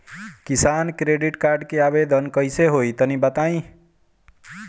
किसान credit card के आवेदन कईसे होई तनि बताई?